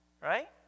right